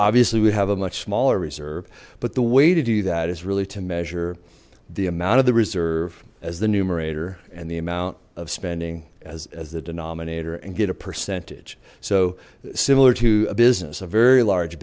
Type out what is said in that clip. obviously we have a much smaller reserve but the way to do that is really to measure the amount of the reserve as the numerator and the amount of spending as the denominator and get a percentage so similar to a business a very large